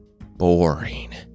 boring